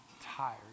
tired